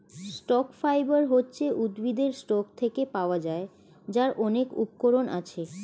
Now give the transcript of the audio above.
stock fibre হচ্ছে উদ্ভিদের stock থেকে পাওয়া যায়, যার অনেক উপকরণ আছে